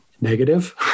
negative